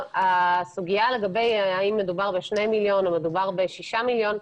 הסוגיה לגבי האם מדובר בשני מיליון או מדובר בשישה מיליון,